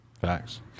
Facts